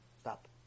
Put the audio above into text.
Stop